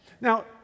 Now